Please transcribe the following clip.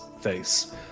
face